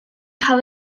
cael